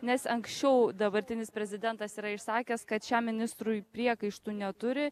nes anksčiau dabartinis prezidentas yra išsakęs kad šiam ministrui priekaištų neturi